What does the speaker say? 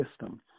system